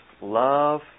Love